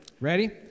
Ready